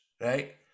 right